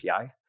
API